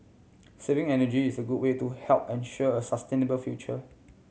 saving energy is a good way to help ensure a sustainable future